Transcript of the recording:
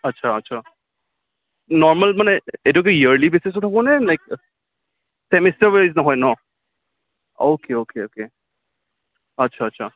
আচ্ছা আচ্ছা নৰ্মেল মানে এইটো কি ইয়েৰ্লি বেছিচত হ'ব নে নে কি চেমিষ্টাৰ ৱাইজ নহয় ন ঔকে ঔকে ঔকে আচ্ছা আচ্ছা